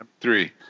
three